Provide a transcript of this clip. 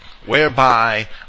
whereby